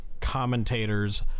commentators